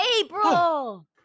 April